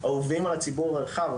אהובים על הציבור הרחב,